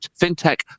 fintech